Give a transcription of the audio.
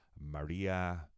Maria